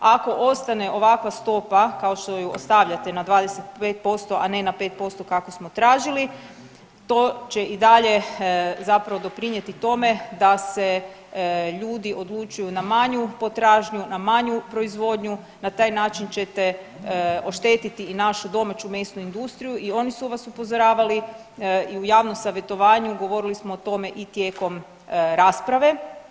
Ako ostane ovakva stopa kao što ju ostavljate na 25%, a ne na 5% kako smo tražili to će i dalje zapravo doprinijeti tome da se ljudi odlučuju na manju potražnju, na manju proizvodnju, na taj način ćete oštetiti i našu domaću mesnu industriju i oni su vas upozoravali i u javnom savjetovanju govorili smo o tome i tijekom rasprave.